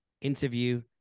interview